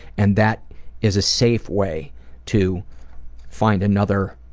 and that is a safe way to find another